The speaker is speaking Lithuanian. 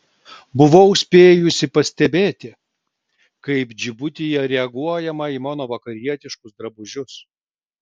buvau spėjusi pastebėti kaip džibutyje reaguojama į mano vakarietiškus drabužius